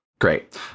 Great